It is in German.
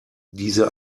diese